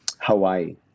Hawaii